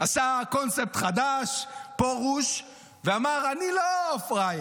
פרוש עשה קונספט חדש, ואמר, אני לא פראייר,